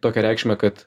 tokią reikšmę kad